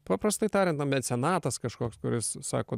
paprastai tariant na mecenatas kažkoks kuris sako